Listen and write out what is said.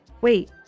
Wait